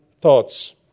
thoughts